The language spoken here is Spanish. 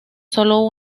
solo